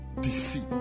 Deceit